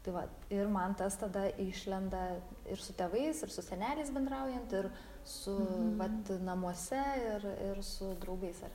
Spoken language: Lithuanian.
tai va ir man tas tada išlenda ir su tėvais ir su seneliais bendraujant ir su vat namuose ir ir su draugais ar